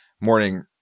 morning